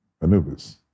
Anubis